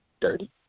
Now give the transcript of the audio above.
dirty